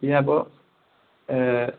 ഇനി അപ്പോൾ എ